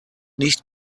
nicht